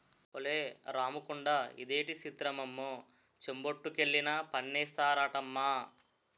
ఒలే రాముకొండా ఇదేటి సిత్రమమ్మో చెంబొట్టుకెళ్లినా పన్నేస్తారటమ్మా